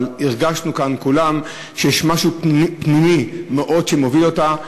אבל הרגשנו כאן כולנו שיש משהו פנימי מאוד שמביא אותה,